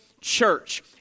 church